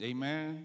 Amen